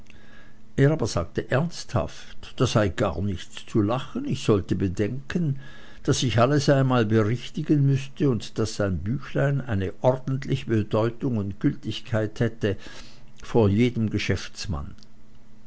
er aber sagte ernsthaft da sei gar nichts zu lachen ich sollte bedenken daß ich alles einmal berichtigen müßte und daß sein büchlein eine ordentliche bedeutung und gültigkeit hätte vor jedem geschäftsmann